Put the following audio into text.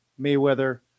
Mayweather